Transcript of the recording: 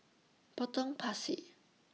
Potong Pasir